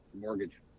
mortgage